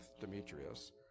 Demetrius